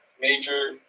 major